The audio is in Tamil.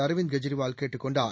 அரவிந்த் கெஜ்ரிவால் கேட்டுக் கொண்டார்